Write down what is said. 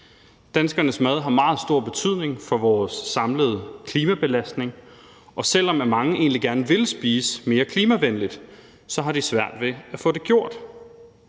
Danskernes mad har meget stor betydning for vores samlede klimabelastning, og selv om mange egentlig gerne vil spise mere klimavenligt, har de svært ved at få det gjort.